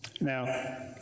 now